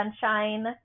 sunshine